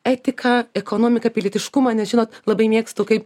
etiką ekonomiką pilietiškumą nes žinot labai mėgstu kaip